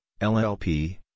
LLP